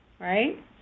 right